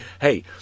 Hey